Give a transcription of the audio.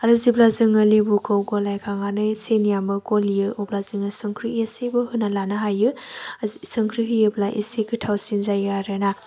आरो जेब्ला जोङो लेबुखौ गलायखांनानै सिनियाबो गलियो अब्ला जोङो संख्रि एसेबो होना लानो हायो संख्रि होयोबा एसे गोथावसिन जायो आरोना